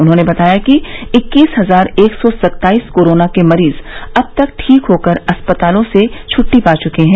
उन्होंने बताया कि इक्कीस हजार एक सौ सत्ताईस कोरोना के मरीज अब तक ठीक होकर अस्पतालों से छुट्टी पा चुके हैं